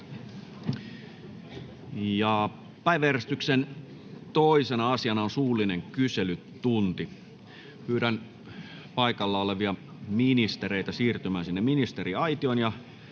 Päiväjärjestyksen 2. asiana on suullinen kyselytunti. Pyydän paikalla olevia ministereitä siirtymään ministeriaitioon.